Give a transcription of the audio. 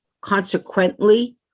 consequently